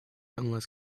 unless